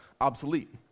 obsolete